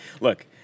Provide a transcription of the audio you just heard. look